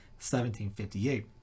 1758